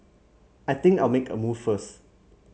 I think I'll make a move first